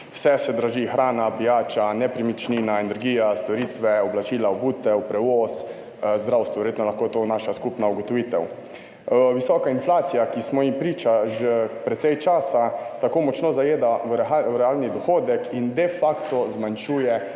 Vse se draži – hrana, pijača, nepremičnine, energija, storitve, oblačila, obutev, prevoz, zdravstvo. Verjetno je lahko to naša skupna ugotovitev. Visoka inflacija, ki smo ji priča že precej časa, tako močno zajeda realni dohodek in de facto zmanjšuje